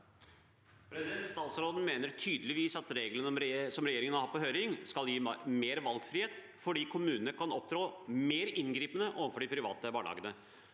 Statsråden mener tydelig- vis at reglene regjeringen har på høring, skal gi mer valgfrihet, for kommunene kan opptrå mer inngripende overfor de private barnehagene